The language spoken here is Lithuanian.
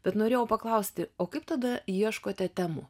bet norėjau paklausti o kaip tada ieškote temų